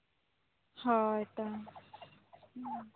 ᱦᱳᱭ ᱛᱚ